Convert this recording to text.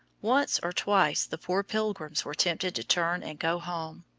once or twice the poor pilgrims were tempted to turn and go home,